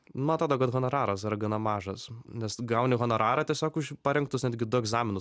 man atrodo kad honoraras yra gana mažas nes gauni honorarą tiesiog už parengtus netgi du egzaminus